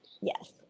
Yes